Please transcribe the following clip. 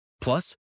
Plus